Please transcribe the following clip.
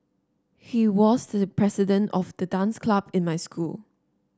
he was the president of the dance club in my school